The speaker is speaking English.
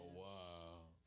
wow